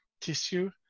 tissue